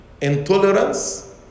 intolerance